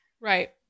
Right